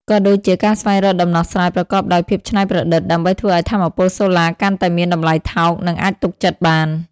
ក៏ដូចជាការស្វែងរកដំណោះស្រាយប្រកបដោយភាពច្នៃប្រឌិត ដើម្បីធ្វើឱ្យថាមពលសូឡាកាន់តែមានតម្លៃថោក និងអាចទុកចិត្តបាន។